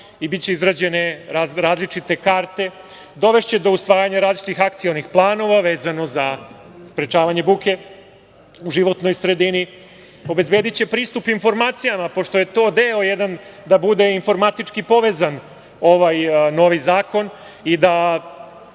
i biće izrađene različite karte. Dovešće do usvajanja različitih akcionih planova, vezano za sprečavanje buke u životnoj sredini. Obezbediće pristup informacijama, pošto je to deo jedan, da bude informatički povezan ovaj novi zakon i da